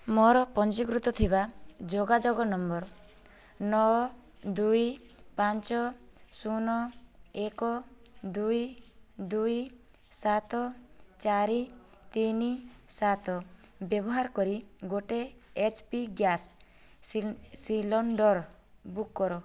ମୋର ପଞ୍ଜୀକୃତ ଥିବା ଯୋଗାଯୋଗ ନମ୍ବର ନଅ ଦୁଇ ପାଞ୍ଚ ଶୂନ ଏକ ଦୁଇ ଦୁଇ ସାତ ଚାରି ତିନି ସାତ ବ୍ୟବାହାର କରି ଗୋଟେ H P gas cylinder book କର